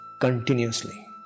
Continuously